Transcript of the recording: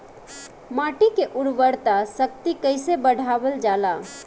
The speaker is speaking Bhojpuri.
माटी के उर्वता शक्ति कइसे बढ़ावल जाला?